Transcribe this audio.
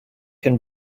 can